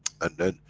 and then,